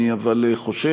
אבל אני חושב